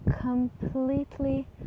completely